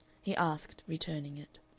he asked, returning it.